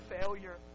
failure